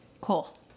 Cool